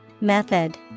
Method